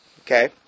Okay